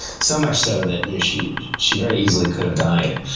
so much so that you know she she very easily could have died.